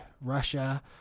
Russia